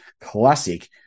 classic